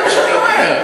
זה מה שאני אומר,